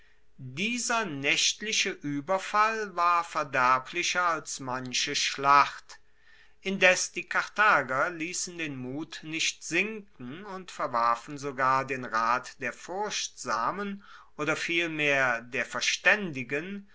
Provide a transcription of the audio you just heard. dieser naechtliche ueberfall war verderblicher als manche schlacht indes die karthager liessen den mut nicht sinken und verwarfen sogar den rat der furchtsamen oder vielmehr der verstaendigen